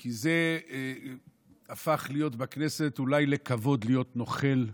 כי זה הפך להיות בכנסת אולי לכבוד להיות נוכל,